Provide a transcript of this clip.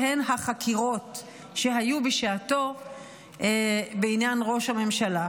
שהן החקירות שהיו בשעתו בעניין ראש הממשלה,